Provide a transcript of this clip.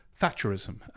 Thatcherism